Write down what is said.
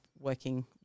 working